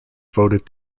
voted